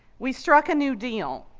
we struck a new deal,